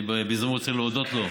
ובהזדמנות זו אני רוצה להודות לו.